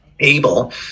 able